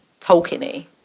Tolkien-y